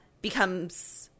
becomes